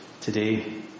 today